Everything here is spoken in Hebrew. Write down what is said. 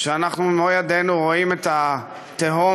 ואנחנו במו-ידינו רואים את התהום,